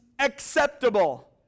acceptable